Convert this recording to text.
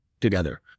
together